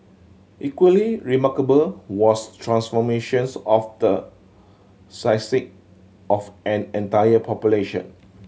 equally remarkable was transformations of the of an entire population